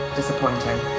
disappointing